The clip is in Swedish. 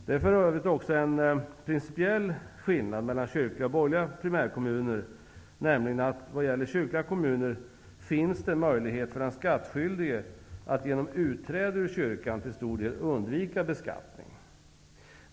Det är för övrigt också en principiell skillnad mellan kyrkliga och borgerliga primärkommuner. Vad gäller kyrkliga kommuner finns det möjlighet för den skattskyldige att genom utträde ur kyrkan till stor del undvika beskattning.